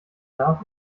darf